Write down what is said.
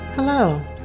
Hello